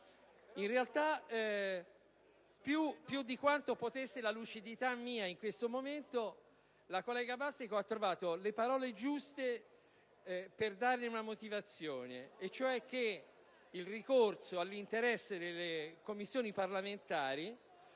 In realtà, più di quanto potesse la lucidità mia in questo momento, la collega Bastico ha trovato le parole giuste per dargli una motivazione, cioè che il ricorso all'interesse delle Commissioni parlamentari